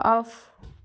off